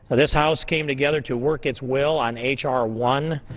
but this house came together to work its will on h r. one.